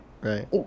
Right